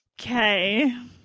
Okay